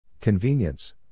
Convenience